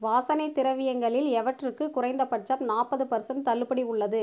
வாசனை திரவியங்களில் எவற்றுக்கு குறைந்தபட்சம் நாற்பது பர்சண்ட் தள்ளுபடி உள்ளது